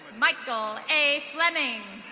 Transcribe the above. michael a flemming.